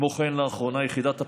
כמו כן, לאחרונה יחידת הפיצו"ח,